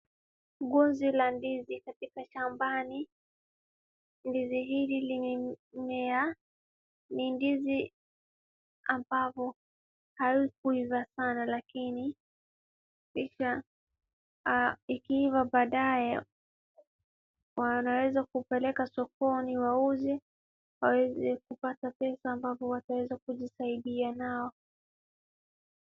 Ngozi la ndizi katika shambani , ndizi hili limemea , ni ndizi ambalo halikuiva sana lakini ikiiva badaye wanaweza kuipeleka sokoni wauze waweze kupata pesa ili waweze kusaidiana.